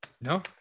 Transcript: No